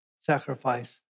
sacrifice